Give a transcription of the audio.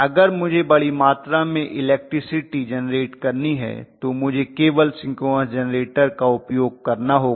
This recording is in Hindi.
अगर मुझे बड़ी मात्रा में इलेक्ट्रिसिटी जेनरेट करनी है तो मुझे केवल सिंक्रोनस जेनरेटर का उपयोग करना होगा